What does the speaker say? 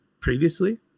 previously